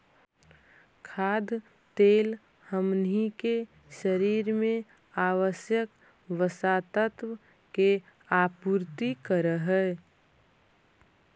खाद्य तेल हमनी के शरीर में आवश्यक वसा तत्व के आपूर्ति करऽ हइ